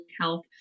health